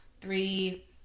three